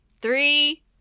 three